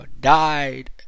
died